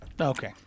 Okay